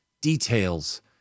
details